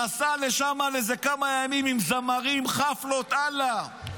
נסע לשם לכמה ימים, עם זמרים, חפלות, אללה.